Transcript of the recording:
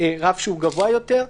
רף שהוא גבוה יותר.